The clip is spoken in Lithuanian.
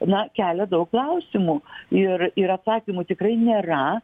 na kelia daug klausimų ir ir atsakymų tikrai nėra